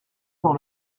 dans